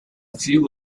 few